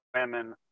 women